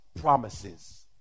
promises